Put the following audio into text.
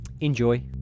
Enjoy